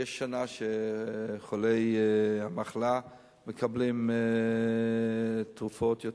יש שנה שחולי המחלה מקבלים יותר תרופות.